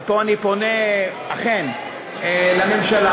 מפה אני פונה אכן לממשלה,